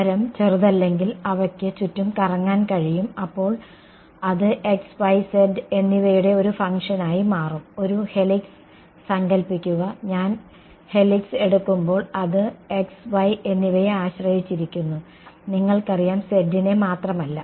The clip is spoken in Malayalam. ആരം ചെറുതല്ലെങ്കിൽ അവയ്ക്ക് ചുറ്റും കറങ്ങാൻ കഴിയും അപ്പോൾ അത് x y z എന്നിവയുടെ ഒരു ഫംഗ്ഷനായി മാറും ഒരു ഹെലിക്സ് സങ്കൽപ്പിക്കുക ഞാൻ ഹെലിക്സ് എടുക്കുമ്പോൾ അത് x y എന്നിവയെ ആശ്രയിച്ചിരിക്കുന്നു നിങ്ങൾക്കറിയാം z നെ മാത്രമല്ല